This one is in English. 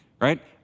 right